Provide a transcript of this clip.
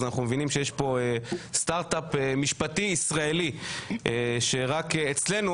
אז אנחנו מבינים שיש פה סטארט אפ משפטי ישראלי שרק אצלנו,